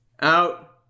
out